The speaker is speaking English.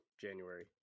January